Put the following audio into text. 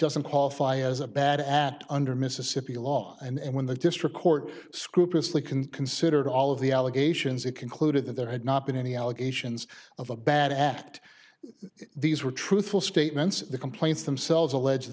doesn't qualify as a bad at under mississippi law and when the district court scrupulously can considered all of the allegations it concluded that there had not been any allegations of a bad act these were truthful statements the complaints themselves allege